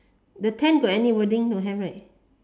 the tent got any wording don't have right